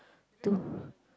two